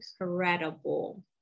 incredible